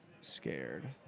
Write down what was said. scared